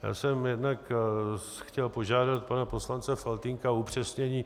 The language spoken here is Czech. Já jsem jednak chtěl požádat pana poslance Faltýnka o upřesnění.